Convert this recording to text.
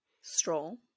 Stroll